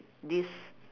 this